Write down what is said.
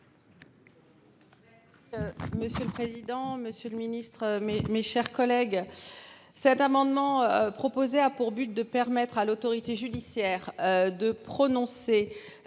De. Monsieur le président, Monsieur le Ministre, mes, mes chers collègues. Cet amendement proposé a pour but de permettre à l'autorité judiciaire. De prononcer.